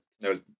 no